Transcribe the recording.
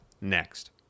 next